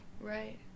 right